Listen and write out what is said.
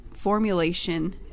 formulation